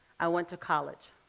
i went to college.